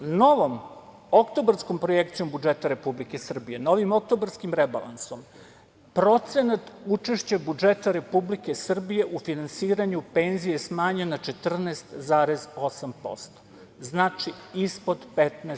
Novom oktobarskom projekcijom budžeta Republike Srbije, novim oktobarskim rebalansom, procenat učešća budžeta Republike Srbije u finansiranju penzije je smanjen na 14,8%, znači, ispod 15%